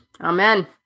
Amen